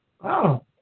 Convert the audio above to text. Wow